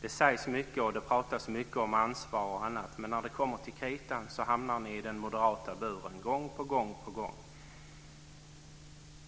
Det sägs mycket och det talas mycket om ansvar, men när det kommer till kritan hamnar ni gång på gång i den moderata buren.